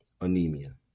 anemia